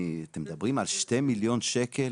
אתם מדברים על 2 מיליון שקל.